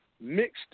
mixed